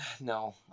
No